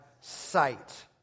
sight